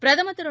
பிரதமர் திரு